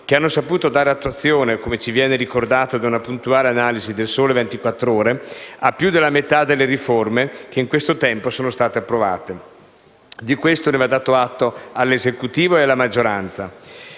che hanno saputo dare attuazione, come ci viene ricordato da una puntuale analisi pubblicata su «Il Sole 24 Ore», a più della metà della riforme che in questo tempo sono state approvate. Di questo va dato atto all'Esecutivo e alla maggioranza.